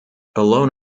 alone